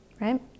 right